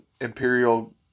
Imperial